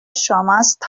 شماست